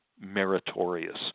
meritorious